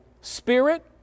spirit